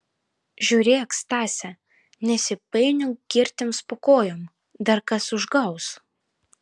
žiūrėk stase nesipainiok girtiems po kojom dar kas užgaus